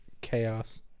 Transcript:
chaos